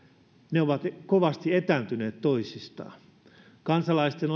ne ovat kovasti etääntyneet toisistaan kansalaisten